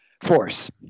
force